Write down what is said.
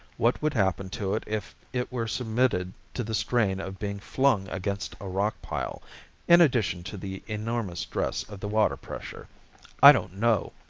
what would happen to it if it were submitted to the strain of being flung against a rock pile in addition to the enormous stress of the water pressure i don't know.